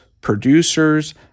producers